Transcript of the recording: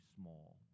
Small